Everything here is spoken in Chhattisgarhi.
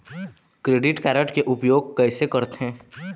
क्रेडिट कारड के उपयोग कैसे करथे?